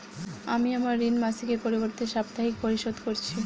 আমি আমার ঋণ মাসিকের পরিবর্তে সাপ্তাহিক পরিশোধ করছি